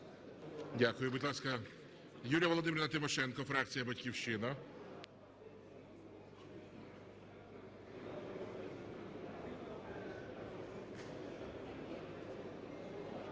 Дякую. Будь ласка, Юлія Володимирівна Тимошенко, фракція "Батьківщина".